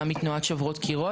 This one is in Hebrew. גם מתנועת שוברות קירות.